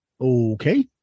Okay